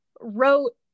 wrote